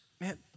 Man